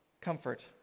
comfort